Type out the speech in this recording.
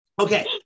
Okay